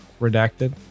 redacted